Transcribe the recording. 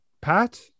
Pat